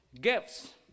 gifts